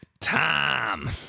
Tom